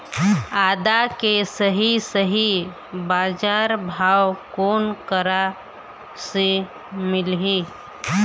आदा के सही सही बजार भाव कोन करा से मिलही?